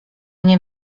nie